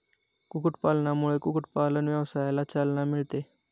कुक्कुटपालनामुळे कुक्कुटपालन व्यवसायाला चालना मिळते